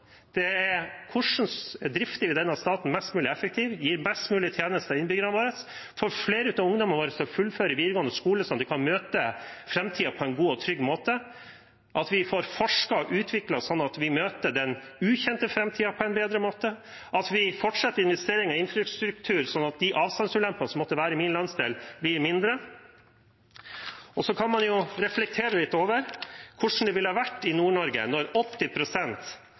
er hvordan vi drifter denne staten mest mulig effektivt, gir best mulige tjenester til innbyggerne våre, får flere av ungdommene våre til å fullføre videregående skole, så de kan møte framtiden på en god og trygg måte, at vi får forsket og utviklet oss, slik at vi møter den ukjente framtiden på en bedre måte, og at vi fortsatt investerer i infrastruktur, slik at de avstandsulempene som måtte være i min landsdel, blir mindre. Så kan man jo reflektere litt over hvordan det ville blitt i Nord-Norge – når